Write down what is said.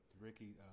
Ricky